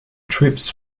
troops